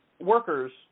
workers